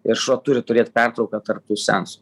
ir šuo turi turėt pertrauką tarp tų seansų